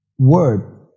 Word